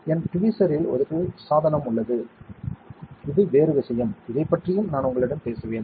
என் ட்வீசரில் ஒரு சாதனம் உள்ளது இது வேறு விஷயம் இதைப் பற்றியும் நான் உங்களிடம் பேசுவேன்